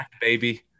baby